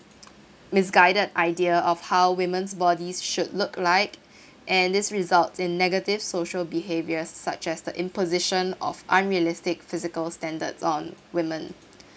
misguided idea of how women's bodies should look like and this result in negative social behaviours such as the imposition of unrealistic physical standards on women